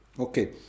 Okay